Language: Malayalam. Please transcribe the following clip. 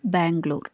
ബാംഗ്ലൂർ